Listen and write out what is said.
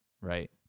right